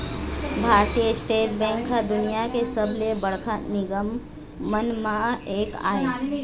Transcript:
भारतीय state bank ह दुनिया के सबले बड़का निगम मन म एक आय